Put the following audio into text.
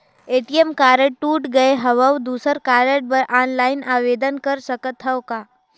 ATM card टूट गे हववं दुसर कारड बर ऑनलाइन आवेदन कर सकथव का?